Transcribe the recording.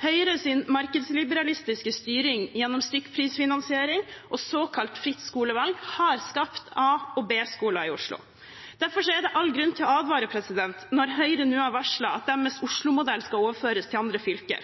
Høyres markedsliberalistiske styring gjennom stykkprisfinansiering og såkalt fritt skolevalg har skapt A- og B-skoler i Oslo. Derfor er det all grunn til å advare når Høyre nå har varslet at deres Oslo-modell skal overføres til andre fylker.